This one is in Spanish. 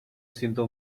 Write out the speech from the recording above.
siento